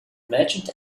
merchant